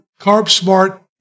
carb-smart